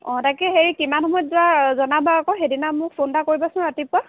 অঁ তাকে হেৰি কিমান সময়ত যোৱা জনাবা আকৌ সেইদিনা মোক ফোন এটা কৰিবাচোন ৰাতিপুৱা